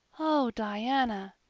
oh, diana,